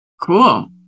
Cool